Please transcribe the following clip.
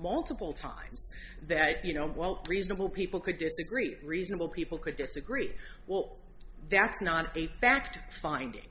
multiple times that you know well reasonable people could disagree reasonable people could disagree well that's not a fact finding